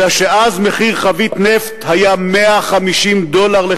אלא שאז מחיר חבית נפט היה 150 דולר.